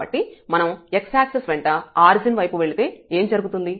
కాబట్టి మనం x axis వెంట ఆరిజిన్ వైపు వెళితే ఏమి జరుగుతుంది